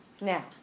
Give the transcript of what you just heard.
Now